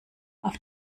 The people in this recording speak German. auf